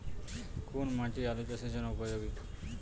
কোন মাটি আলু চাষের জন্যে উপযোগী?